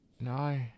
No